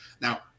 Now